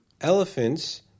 Elephants